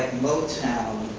motown.